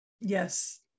Yes